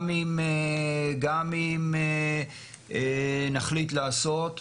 גם אם נחליט לעשות,